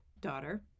daughter